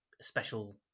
special